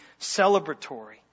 celebratory